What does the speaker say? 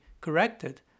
corrected